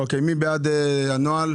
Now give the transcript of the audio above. מי בעד הנוהל?